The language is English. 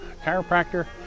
chiropractor